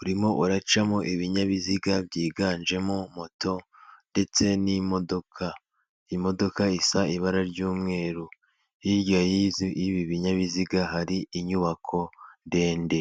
urimo uracamo ibinyabiziga byiganjemo moto ndetse n'imodoka. Imodoka isa ibara ry'umweru, hirya y'izi y'ibi binyabiziga hari inyubako ndende.